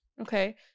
Okay